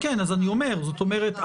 זאת אומרת,